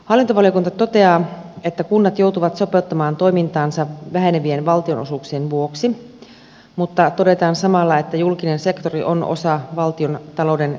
hallintovaliokunta toteaa että kunnat joutuvat sopeuttamaan toimintaansa vähenevien valtionosuuksien vuoksi mutta todetaan samalla että julkinen sektori on oleva mukana osana valtiontalouden tasapainottamisessa